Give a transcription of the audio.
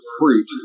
fruit